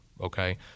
Okay